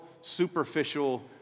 superficial